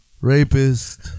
rapist